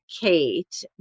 Kate